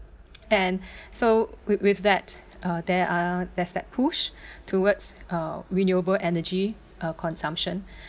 and so with with that uh there are there's that push towards uh renewable energy uh consumption